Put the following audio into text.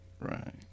Right